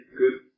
good